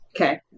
Okay